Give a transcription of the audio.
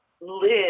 live